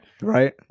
right